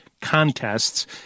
contests